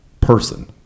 person